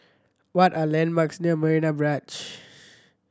what are landmarks near Marina Barrage